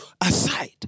aside